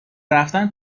رفتن